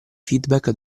feedback